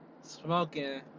smoking